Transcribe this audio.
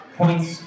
points